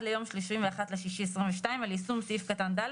ליום 31 ליוני 2022 על יישום סעיף קטן ד'.